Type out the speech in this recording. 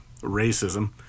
racism